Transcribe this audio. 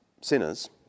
sinners